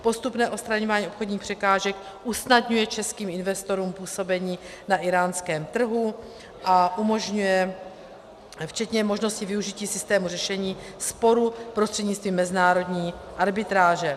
Postupné odstraňování obchodních překážek usnadňuje českým investorům působení na íránském trhu a umožňuje včetně možnosti využití systému řešení sporu prostřednictvím mezinárodní arbitráže.